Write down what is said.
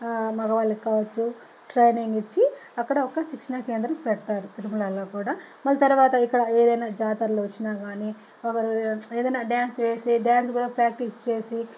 మగవాళ్ళకు కావచ్చు ట్రైనింగ్ ఇచ్చి అక్కడ ఒక శిక్షణ కేంద్రం పెడతారు తిరుమలాలో కూడా మళ్ళీ తర్వాత ఇక్కడ ఏదైన జాతరలు వచ్చినా కానీ ఒక ఏదైనా డ్యాన్స్ వేసి డ్యాన్స్ కూడా ప్రాక్టీస్ చేసి